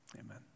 amen